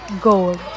gold